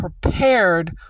Prepared